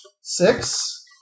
Six